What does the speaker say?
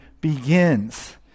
begins